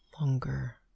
longer